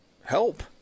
help